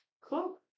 cool